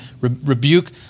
Rebuke